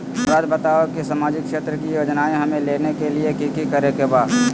हमराज़ बताओ कि सामाजिक क्षेत्र की योजनाएं हमें लेने के लिए कि कि करे के बा?